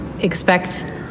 expect